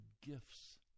gifts